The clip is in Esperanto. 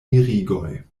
mirigoj